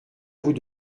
vous